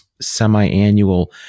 semi-annual